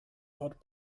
called